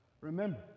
remember